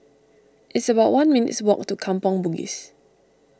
it's about one minutes' walk to Kampong Bugis